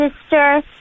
sister